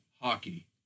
hockey